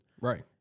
Right